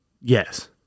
Yes